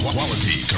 Quality